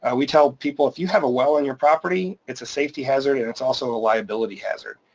ah we tell people if you have a well on your property, it's a safety hazard, and it's also a liability hazard.